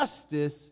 justice